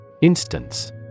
Instance